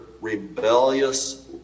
rebellious